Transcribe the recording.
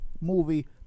movie